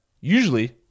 usually